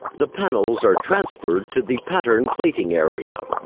the panels are transferred to the pattern plating area.